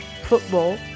football